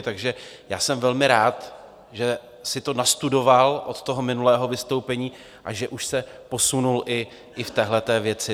Takže já jsem velmi rád, že si to nastudoval od toho minulého vystoupení a že už se posunul i v téhle věci.